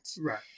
Right